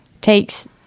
takes